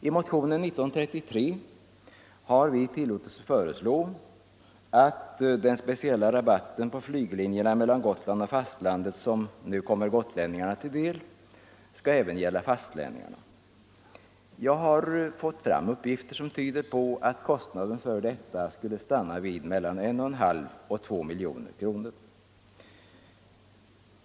I motionen 1933 har vi tillåtit oss föreslå att den speciella rabatten på flyglinjerna mellan Gotland och fastlandet som gäller gotlänningar även skall gälla fastlänningar. Jag har fått uppgifter som tyder på att kostnaden för detta skulle stanna vid mellan 1,5 och 2 miljoner kronor.